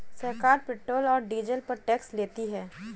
सरकार पेट्रोल और डीजल पर टैक्स लेती है